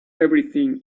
everything